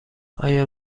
آیا